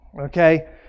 Okay